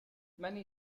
many